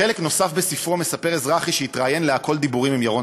בחלק נוסף בספרו מספר אזרחי שהתראיין ל"הכול דיבורים" עם ירון